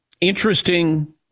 interesting